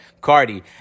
cardi